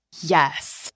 Yes